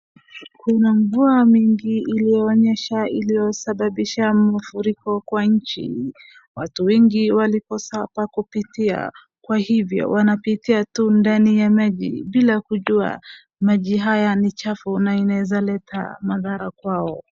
Kuna mvua nyingi iliyonyesha iliyosababisha mafuriko kwa nchi, watu wengi walikosa kwa kupitia. Kwa hivyo wanapitia tu ndani ya maji bila kujua maji haya ni chafu na inaweza leta madhara kwao.